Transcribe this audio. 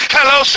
Hello